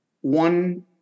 one